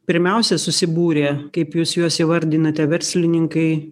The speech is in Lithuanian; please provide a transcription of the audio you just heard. pirmiausia susibūrė kaip jūs juos įvardinate verslininkai